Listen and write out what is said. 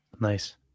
Nice